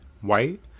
white